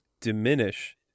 diminish